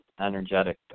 energetic